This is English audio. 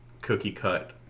cookie-cut